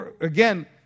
again